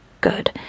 Good